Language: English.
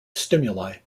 stimuli